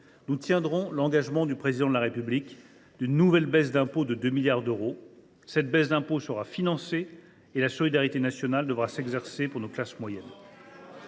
nous tiendrons l’engagement du Président de la République d’une nouvelle baisse d’impôt de 2 milliards d’euros. » En augmentant la dette !« Cette baisse d’impôt sera financée, et la solidarité nationale devra s’exercer pour nos classes moyennes.